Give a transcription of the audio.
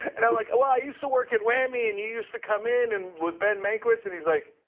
and i'm like, well, i used to work at wami, and you used to come in and with ben mankiewicz, and he's like,